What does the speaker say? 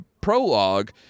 prologue